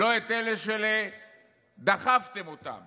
לא את אלה שדחפתם אותם